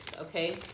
okay